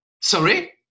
Sorry